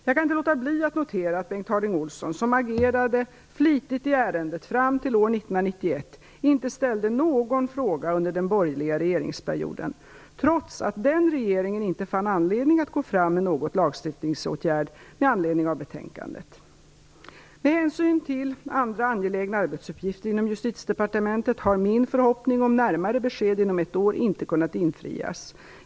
Jag kan inte låta bli att notera att Bengt Harding Olson - som agerade flitigt i ärendet fram till år 1991 - inte ställde någon fråga under den borgerliga regeringsperioden, trots att den regeringen inte fann anledning att gå fram med någon lagstiftningsåtgärd med anledning av betänkandet. Med hänsyn till andra angelägna arbetsuppgifter inom Justitiedepartementet har min förhoppning om närmare besked inom ett år inte kunnat infrias.